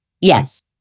Yes